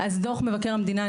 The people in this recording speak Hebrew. דוח מבקר המדינה,